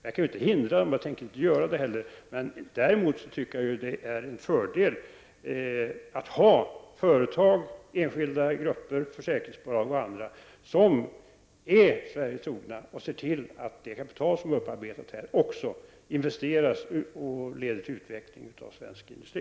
Jag kan inte hindra dem, och jag tänker inte göra det heller, men däremot tycker jag att det är en fördel att ha företag, enskilda grupper, försäkringsbolag och andra som är Sverige trogna och ser till att det kapital som är upparbetat här också investeras och leder till utveckling av svensk industri.